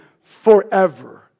forever